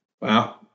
Wow